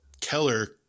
Keller